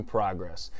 Progress